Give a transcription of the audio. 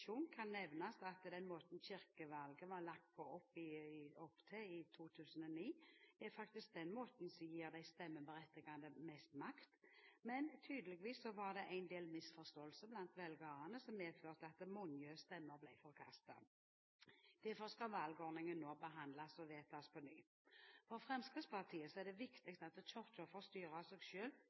kan nevnes at den måten kirkevalget var lagt opp til i 2009, er den måten som gir de stemmeberettigede mest makt. Men tydeligvis var det en del misforståelser blant velgerne som medførte at mange stemmer ble forkastet. Derfor skal valgordningen nå behandles og vedtas på ny. For Fremskrittspartiet er det viktig at Kirken får styre seg